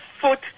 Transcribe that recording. foot